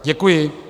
Děkuji.